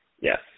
Yes